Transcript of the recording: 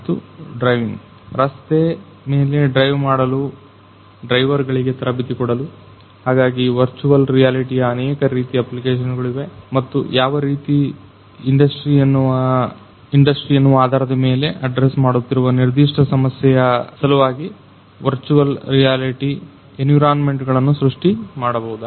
ಮತ್ತು ಡ್ರೈವಿಂಗ್ ರಸ್ತೆ ಮೇಲೆ ಡ್ರೈವ್ ಮಾಡಲು ಡ್ರೈವರ್ ಗಳಿಗೆ ತರಬೇತಿ ಕೊಡಲು ಹಾಗಾಗಿ ವರ್ಚುವಲ್ ರಿಯಾಲಿಟಿಯ ಅನೇಕ ರೀತಿ ಅಪ್ಲಿಕೇಶನ್ಗಳಿವೆ ಮತ್ತು ಯಾವ ರೀತಿಯ ಇಂಡಸ್ಟ್ರಿ ಎನ್ನುವ ಆಧಾರದ ಮೇಲೆ ಅಡ್ರೆಸ್ ಮಾಡುತ್ತಿರುವ ನಿರ್ದಿಷ್ಟ ಸಮಸ್ಯೆಯ ಸಲುವಾಗಿ ವರ್ಚುವಲ್ ರಿಯಾಲಿಟಿ ಎನ್ವಿರಾನ್ಮೆಂಟ್ಗಳನ್ನು ಸೃಷ್ಟಿ ಮಾಡಬಹುದು